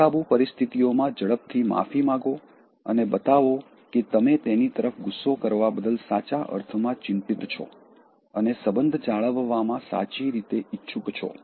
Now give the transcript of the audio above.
બેકાબૂ પરિસ્થિતિઓમાં ઝડપથી માફી માગો અને બતાવો કે તમે તેની તરફ ગુસ્સો કરવા બદલ સાચા અર્થમાં ચિંતિત છો અને સબંધ જાળવવામાં સાચી રીતે ઇચ્છુક છો